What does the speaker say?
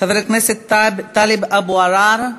חבר הכנסת טלב אבו עראר,